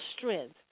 strength